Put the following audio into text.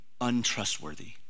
untrustworthy